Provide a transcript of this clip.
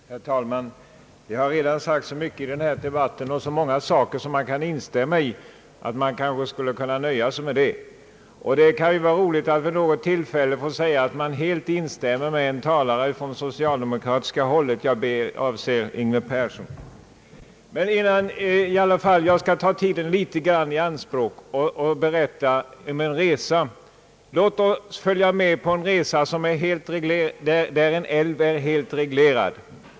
Herr talman! Det har redan sagts så många saker i debatten, som man kan instämma i, att man kanske skulle kunna nöja sig med det. Vid något tillfälle kan det ju också vara roligt att få säga, att man helt instämmer med en talare från det socialdemokratiska hållet; jag avser Yngve Persson. Men i alla fall skall jag litet grand ta tiden i anspråk och berätta om en resa utefter en älv som är helt reglerad.